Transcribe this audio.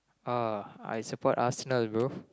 uh I support Arsenal bro